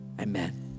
Amen